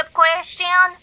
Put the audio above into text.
question